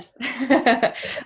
Yes